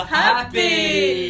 happy